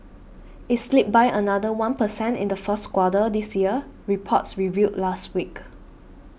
it slipped by another one per cent in the first quarter this year reports revealed last week